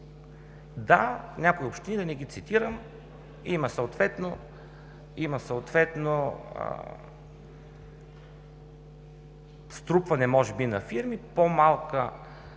Да, в някои общини, да не ги цитирам, има струпване може би, на фирми, по-малка